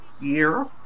year